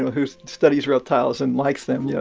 who studies reptiles and likes them, yeah